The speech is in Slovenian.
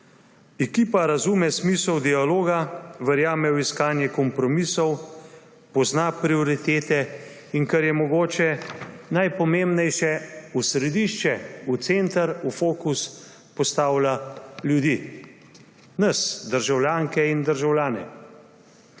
Ekipa razume smisel dialoga, verjame v iskanje kompromisov, pozna prioritete in – kar je mogoče najpomembnejše – v središče, v center, v fokus postavlja ljudi. Nas, državljanke in državljane,